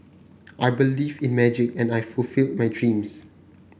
I believed in magic and I fulfilled my dreams